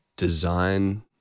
design